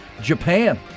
Japan